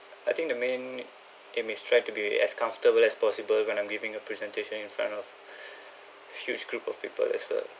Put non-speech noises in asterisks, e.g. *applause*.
I think the main aim is try to be as comfortable as possible when I'm giving a presentation in front of *breath* huge group of people as well